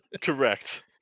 Correct